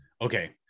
okay